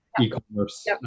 e-commerce